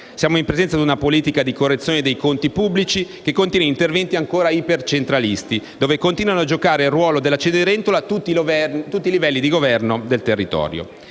Siamo in presenza di una politica di correzione dei conti pubblici che contiene interventi ancora ipercentralisti, dove continuano a giocare il ruolo della cenerentola tutti i livelli di governo del territorio.